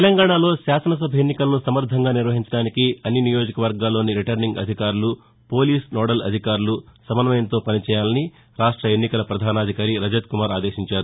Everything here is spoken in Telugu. తెలంగాణాలో శాసనసభ ఎన్నికలను సమర్లంగా నిర్వహించడానికి అన్ని నియోజకవర్గాల్లోని రిటర్నింగ్ అధికారులు పోలీస్ నోడల్ అధికారులు సమస్వయంతో పని చేయాలని రాష్ట ఎన్నికల ప్రపధానాధికారి రజత్కుమార్ ఆదేశించారు